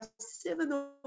seven